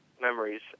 memories